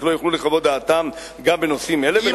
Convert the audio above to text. לא יוכלו לחוות דעתם גם בנושאים אלו.